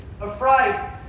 afraid